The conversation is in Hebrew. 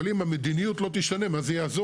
אבל אם המדיניות לא תשתנה מה זה יעזור?